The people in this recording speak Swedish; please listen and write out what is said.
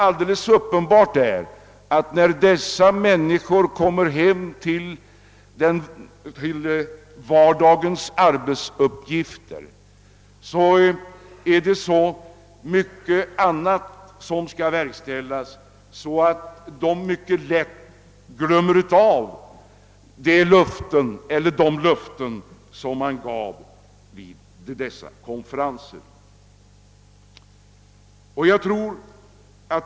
Men när konferensdeltagarna sedan kommit hem till vardagens arbetsuppgifter har de kanske haft så mycket annat att göra att de glömt de löften de gav vid konferenserna.